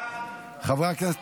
חברי הכנסת,